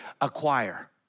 acquire